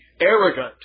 arrogant